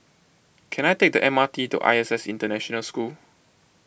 can I take the M R T to I S S International School